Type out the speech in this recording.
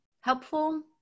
helpful